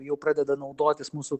jau pradeda naudotis mūsų